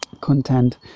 content